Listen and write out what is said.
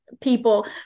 people